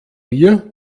mir